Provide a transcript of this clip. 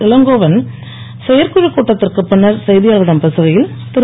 இளங்கோவன் செயற்குழுக் கூட்டத்திற்குப் பின்னர் செய்தியாளர்களிடம் பேசுகையில் திரு